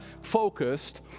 focused